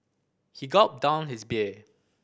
he gulped down his beer